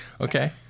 Okay